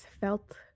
felt